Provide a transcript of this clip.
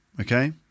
okay